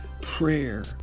prayer